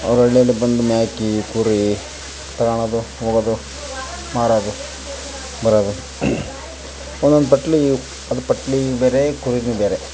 ಅವ್ರು ಹಳ್ಳಿಲ್ ಬಂದು ಮೇಕೆ ಕುರಿ ತಗೋಳದು ಹೋಗದು ಮಾರೋದು ಬರೋದು ಒನ್ನೊಂದು ಪಟ್ಲಿ ಅದು ಪಟ್ಲಿ ಬೇರೆ ಕುರಿನೆ ಬೇರೆ